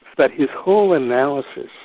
but his whole analysis,